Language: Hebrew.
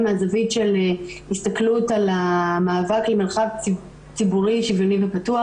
מהזווית של הסתכלות על המאבק על מרחב ציבורי שוויוני ופתוח.